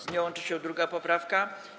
Z nią łączy się 2. poprawka.